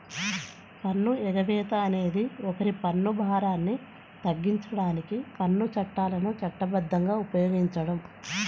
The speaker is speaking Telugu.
పన్ను ఎగవేత అనేది ఒకరి పన్ను భారాన్ని తగ్గించడానికి పన్ను చట్టాలను చట్టబద్ధంగా ఉపయోగించడం